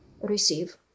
receive